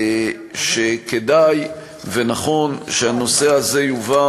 שכדאי ונכון שהנושא הזה יובא